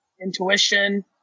intuition